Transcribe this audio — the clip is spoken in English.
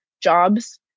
jobs